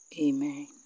Amen